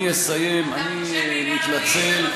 שהדלת תהיה פתוחה,